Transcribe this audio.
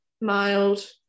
Mild